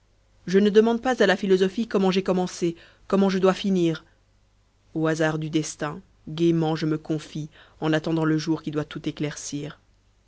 je ne demande pas à la philosophie comment j'ai commencé comment je dois finir aux hasards du destin gaîment je me confie en attendant le jour qui doit tout éclaircir